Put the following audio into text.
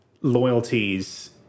loyalties